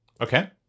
Okay